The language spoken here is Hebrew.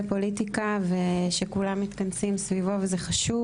פוליטיקה ושכולם מתכנסים סביבו וזה חשוב.